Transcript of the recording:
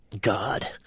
God